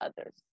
others